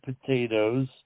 potatoes